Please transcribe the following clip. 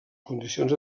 condicions